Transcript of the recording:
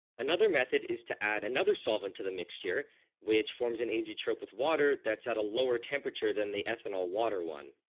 another method is to add another solvent to the mixture which forms an azeotrope with water that's at a lower temperature than the ethanol-water one.